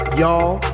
y'all